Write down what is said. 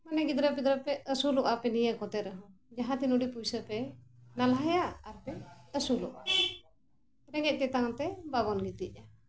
ᱢᱟᱱᱮ ᱜᱤᱫᱽᱨᱟᱹ ᱯᱤᱫᱽᱨᱟᱹ ᱯᱮ ᱟᱹᱥᱩᱞᱚᱜᱼᱟ ᱯᱮ ᱱᱤᱭᱟᱹ ᱠᱚᱛᱮ ᱨᱮᱦᱚᱸ ᱡᱟᱦᱟᱸ ᱛᱤ ᱩᱰᱤᱡ ᱯᱚᱭᱥᱟ ᱯᱮ ᱱᱟᱞᱦᱟᱭᱟ ᱟᱨ ᱯᱮ ᱟᱹᱥᱩᱞᱚᱜᱼᱟ ᱨᱮᱸᱜᱮᱡ ᱛᱮᱛᱟᱝ ᱛᱮ ᱵᱟᱵᱚᱱ ᱜᱤᱛᱤᱡᱼᱟ